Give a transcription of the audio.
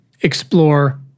explore